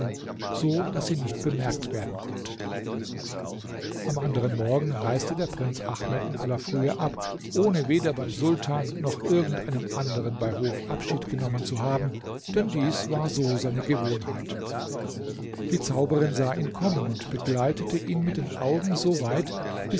so daß sie nicht bemerkt werden konnte am anderen morgen reiste der prinz ahmed in aller frühe ab ohne weder beim sultan noch irgend einem anderen bei hof abschied genommen zu haben denn dies war so seine gewohnheit die zauberin sah ihn kommen und begleitete ihn mit den augen